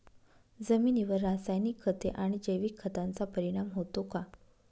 जमिनीवर रासायनिक खते आणि जैविक खतांचा परिणाम होतो का?